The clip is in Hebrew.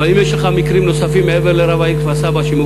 אבל אם יש לך מקרים נוספים מעבר לרב העיר כפר-סבא,